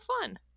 fun